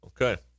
Okay